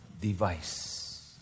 device